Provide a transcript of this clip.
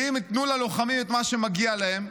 ואם ייתנו ללוחמים את מה שמגיע להם,